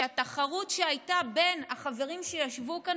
והתחרות שהייתה בין החברים שישבו כאן